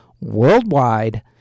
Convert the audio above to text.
worldwide